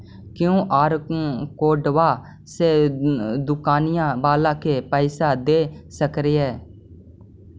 QR कोडबा से दुकनिया बाला के पैसा दे सक्रिय?